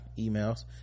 emails